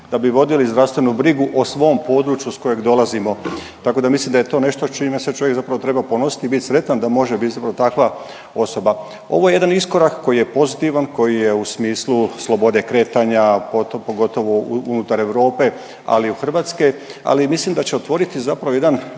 da bi vodili zdravstvenu brigu o svom području s kojeg dolazimo, tako da mislim da je to nešto čime se čovjek zapravo treba ponositi i bit sretan da može … takva osoba. Ovo je jedan iskorak koji je pozitivan, koji je u smislu slobode kretanja pogotovo unutar Europe, ali i Hrvatske, ali mislim da će otvoriti zapravo jedan